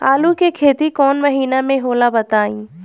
आलू के खेती कौन महीना में होला बताई?